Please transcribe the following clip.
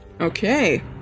okay